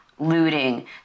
Looting